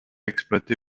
exploité